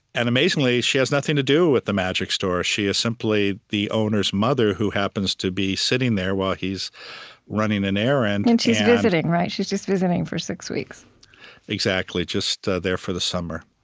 and amazingly, she has nothing to do with the magic store. she is simply the owner's mother, who happens to be sitting there while he's running an errand and she's visiting, right? she's just visiting for six weeks exactly. just ah there for the summer